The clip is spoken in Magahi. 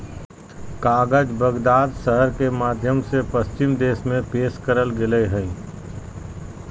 कागज बगदाद शहर के माध्यम से पश्चिम देश में पेश करल गेलय हइ